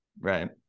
Right